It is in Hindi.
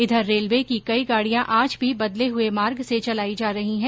इधर रेलवे की कई गाड़ियाँ आज भी बदले हुये मार्ग से चलाई जा रही हैं